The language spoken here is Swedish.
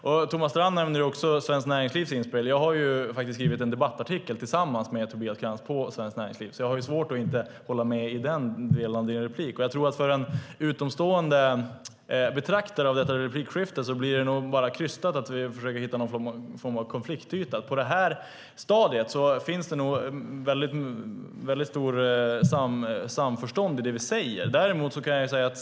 Thomas Strand nämner också Svenskt Näringslivs inspel. Jag har skrivit en debattartikel tillsammans med Tobias Krantz på Svenskt Näringsliv, så jag har svårt att inte hålla med i den delen av din replik. Jag tror att det för en utomstående betraktare av detta replikskifte blir bara krystat att vi försöker hitta någon form av konfliktyta. På det här stadiet finns ett stort samförstånd i det vi säger.